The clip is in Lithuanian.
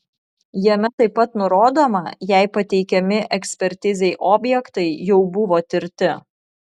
jame taip pat nurodoma jei pateikiami ekspertizei objektai jau buvo tirti